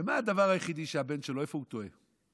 ומה הדבר היחידי שהבן שלו טועה בו?